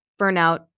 burnout